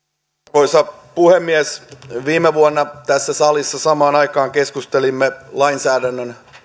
arvoisa puhemies viime vuonna tässä salissa samaan aikaan keskustelimme lainsäädännön